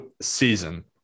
season